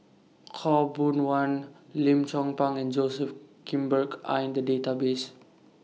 Khaw Boon Wan Lim Chong Pang and Joseph Grimberg Are in The Database